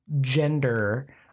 gender